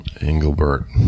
Engelbert